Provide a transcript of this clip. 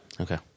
Okay